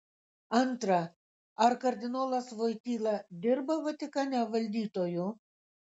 antra ar kardinolas voityla dirba vatikane valdytoju